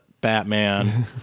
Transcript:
Batman